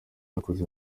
nakoze